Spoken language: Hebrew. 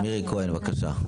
מירי כהן, בבקשה.